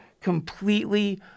completely